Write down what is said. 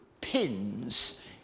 pins